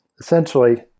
essentially